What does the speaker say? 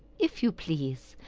if you please.